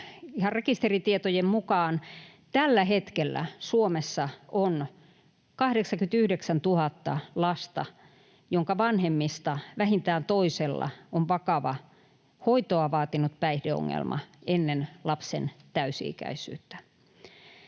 rekisteritietojen mukaan on tällä hetkellä Suomessa 89 000 lasta, jonka vanhemmista vähintään toisella on vakava, hoitoa vaatinut päihdeongelma ennen lapsen täysi-ikäisyyttä.